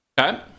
okay